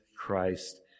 Christ